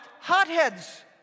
hotheads